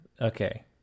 Okay